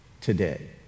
today